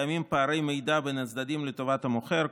קיימים פערי מידע בין הצדדים לטובת המוכר,